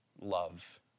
love